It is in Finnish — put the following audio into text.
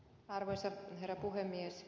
arvoisa herra puhemies